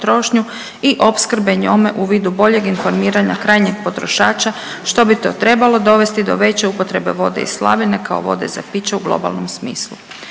i opskrbe njome u vidu boljeg informiranja krajnjeg potrošača, što bi to trebalo dovesti do veće upotrebe vode iz slavine, kao vode za piće u globalnom smislu.